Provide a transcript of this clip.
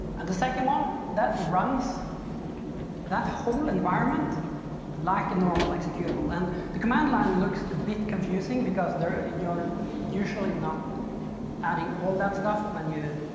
and the second on um that runs that whole environment like a normal executable and the command line looks a bit confusing because there you're usually not adding all that stuff when you,